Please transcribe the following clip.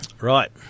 Right